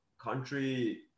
country